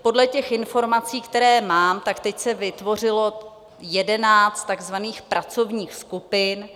Podle informací, které mám, tak teď se vytvořilo 11 takzvaných pracovních skupin.